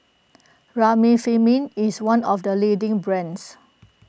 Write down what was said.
Remifemin is one of the leading brands